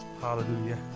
Hallelujah